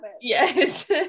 yes